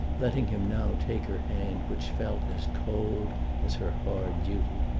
letting him now take her hand, which felt as cold as her hard duty.